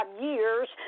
years